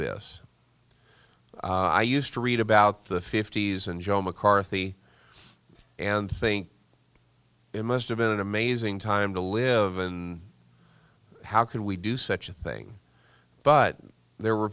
this i used to read about the fifty's and joe mccarthy and think it must have been an amazing time to live and how could we do such a thing but there were